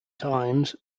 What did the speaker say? times